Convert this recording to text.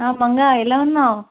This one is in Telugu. మంగా ఎలా ఉన్నావు